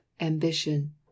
ambition